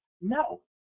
No